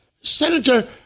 Senator